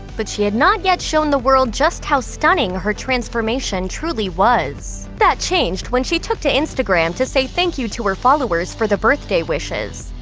but she had not yet shown the world just how stunning her transformation truly was. that changed when she took to instagram to say thank you to her followers for the birthday wishes.